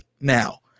now